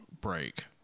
break